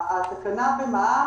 התקנה בע"מ,